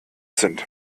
sind